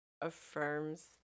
affirms